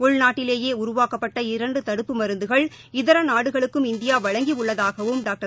உள்நாட்டிலேயே உருவாக்கப்பட்ட இரண்டு தடுப்புப் மருந்துகள் இதர நாடுகளுக்கும் இந்தியா வழங்கி உள்ளதாகவும் டாக்டர்